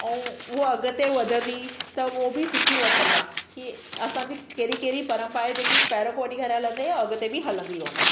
ऐं उहो अॻिते वधंदी त उहो बि सिखी वठंदा की असांजी कहिड़ी कहिड़ी परम्परा आहे जेकी पहिरियों खां वठी हलंदे अॻिते बि हलंदी रहंदी